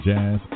Jazz